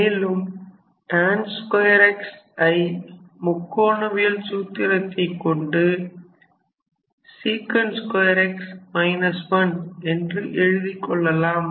மேலும் tan 2 x ஐ முக்கோணவியல் சூத்திரத்தைக் கொண்டு என்று எழுதிக் கொள்ளலாம்